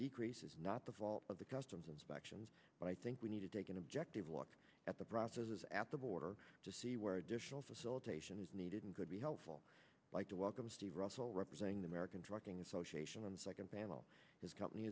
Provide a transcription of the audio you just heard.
decrease is not the fault of the customs inspections but i think we need to take an objective walk at the processes at the border to see where additional facilitation is needed and could be helpful like to welcome steve russell representing the american trucking association and second panel his company